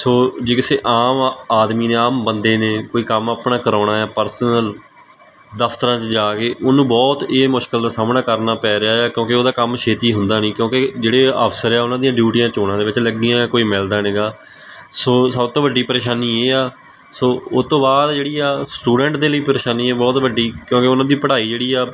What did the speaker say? ਸੋ ਜੇ ਕਿਸੇ ਆਮ ਆਦਮੀ ਨੇ ਆਮ ਬੰਦੇ ਨੇ ਕੋਈ ਕੰਮ ਆਪਣਾ ਕਰਾਉਣਾ ਆ ਪਰਸਨਲ ਦਫਤਰਾਂ 'ਚ ਜਾ ਕੇ ਉਹਨੂੰ ਬਹੁਤ ਇਹ ਮੁਸ਼ਕਿਲ ਦਾ ਸਾਹਮਣਾ ਕਰਨਾ ਪੈ ਰਿਹਾ ਆ ਕਿਉਂਕਿ ਉਹਦਾ ਕੰਮ ਛੇਤੀ ਹੁੰਦਾ ਨਹੀਂ ਕਿਉਂਕਿ ਜਿਹੜੇ ਅਫਸਰ ਆ ਉਹਨਾਂ ਦੀਆਂ ਡਿਊਟੀਆਂ ਚੋਣਾਂ ਦੇ ਵਿੱਚ ਲੱਗੀਆਂ ਕੋਈ ਮਿਲਦਾ ਨਹੀਂ ਗਾ ਸੋ ਸਭ ਤੋਂ ਵੱਡੀ ਪਰੇਸ਼ਾਨੀ ਇਹ ਆ ਸੋ ਉਸ ਤੋਂ ਬਾਅਦ ਜਿਹੜੀ ਆ ਸਟੂਡੈਂਟ ਦੇ ਲਈ ਪਰੇਸ਼ਾਨੀ ਆ ਬਹੁਤ ਵੱਡੀ ਕਿਉਂਕਿ ਉਹਨਾਂ ਦੀ ਪੜ੍ਹਾਈ ਜਿਹੜੀ ਆ